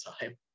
time